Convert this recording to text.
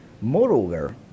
Moreover